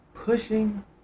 Pushing